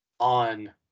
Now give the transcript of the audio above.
On